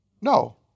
No